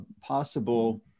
possible